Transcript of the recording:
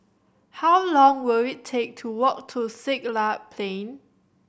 how long will it take to walk to Siglap Plain